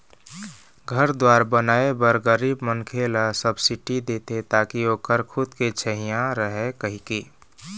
घर दुवार बनाए बर गरीब मनखे ल सब्सिडी देथे ताकि ओखर खुद के छइहाँ रहय कहिके